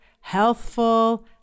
healthful